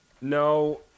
No